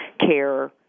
care